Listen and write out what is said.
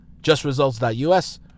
JustResults.us